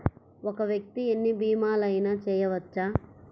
ఒక్క వ్యక్తి ఎన్ని భీమలయినా చేయవచ్చా?